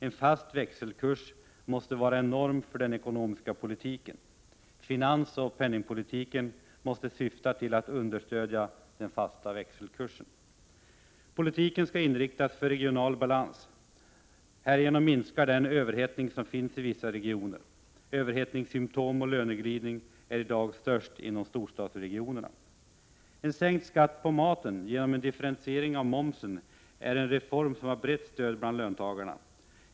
En fast växelkurs måste vara enl norm för den ekonomiska politiken. Finansoch penningpolitiken måste syfta till att understödja den fasta växelkursen. Politiken skall inriktas mot att nå regional balans. Härigenom minskar de överhettning som finns i vissa regioner. Överhettningssymtom och löneglid+ ning är i dag störst inom storstadsområdena. En sänkt skatt på maten genom en differentiering av momsen är en refoi som har brett stöd bland löntagarna.